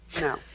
No